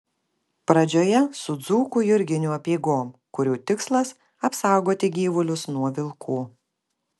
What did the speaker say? pradžioje su dzūkų jurginių apeigom kurių tikslas apsaugoti gyvulius nuo vilkų